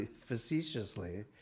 facetiously